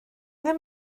ddydd